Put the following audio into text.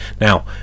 now